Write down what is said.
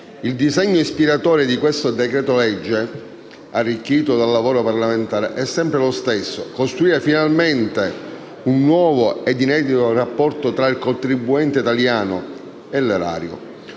Il disegno ispiratore di questo decreto-legge, arricchito dal lavoro parlamentare, è sempre lo stesso: costruire finalmente un nuovo e inedito rapporto tra il contribuente italiano e l'erario;